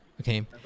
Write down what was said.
okay